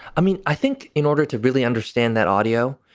i mean, i think in order to really understand that audio,